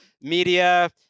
media